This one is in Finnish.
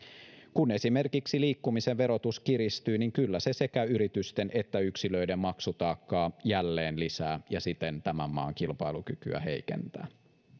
kun esimerkiksi liikkumisen verotus kiristyy niin kyllä se sekä yritysten että yksilöiden maksutaakkaa jälleen lisää ja siten tämän maan kilpailukykyä heikentää